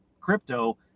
crypto